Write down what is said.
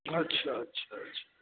अच्छा अच्छा अच्छा